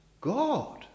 God